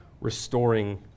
restoring